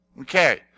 Okay